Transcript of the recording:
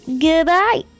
goodbye